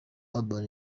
urban